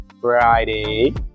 Friday